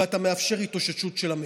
ואתה מאפשר התאוששות של המשק.